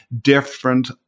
different